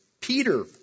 Peter